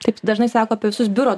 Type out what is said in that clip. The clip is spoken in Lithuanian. taip dažnai sako apie visus biuro